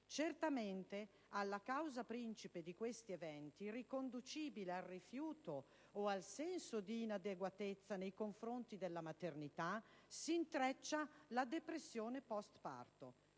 certamente, alla causa principe di questi eventi, riconducibile al rifiuto o al senso di inadeguatezza nei confronti della maternità, s'intreccia la depressione postparto.